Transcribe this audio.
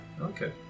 Okay